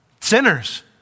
Sinners